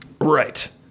Right